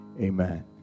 Amen